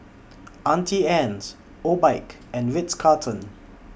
Auntie Anne's Obike and Ritz Carlton